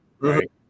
Right